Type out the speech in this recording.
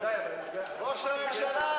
ראש הממשלה,